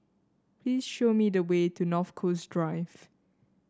please show me the way to North Coast Drive